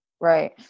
Right